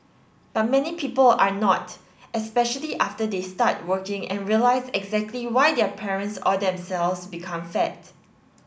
but many people are not especially after they start working and realise exactly why their parents or themselves became fat